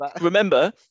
Remember